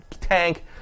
tank